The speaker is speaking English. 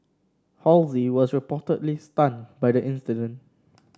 Halsey was reportedly stunned by the incident